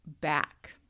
back